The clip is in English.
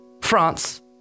France